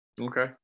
Okay